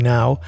Now